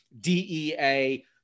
DEA